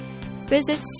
Visit